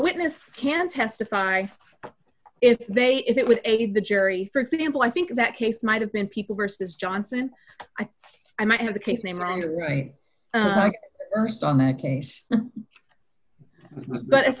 witness can testify if they if it would aid the jury for example i think that case might have been people versus johnson i might have the case name around right ernst on that case but